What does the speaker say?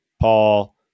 Paul